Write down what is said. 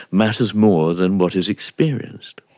matters more than what is experienced.